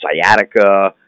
sciatica